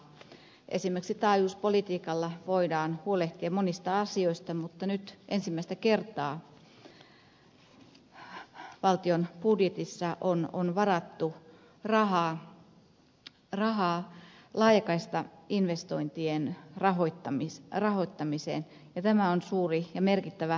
esimerkiksi taajuuspolitiikalla voidaan huolehtia monista asioista mutta nyt ensimmäistä kertaa valtion budjetissa on varattu rahaa laajakaistainvestointien rahoittamiseen ja tämä on suuri ja merkittävä askel